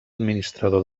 administrador